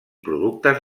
productes